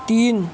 तीन